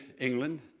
England